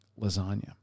lasagna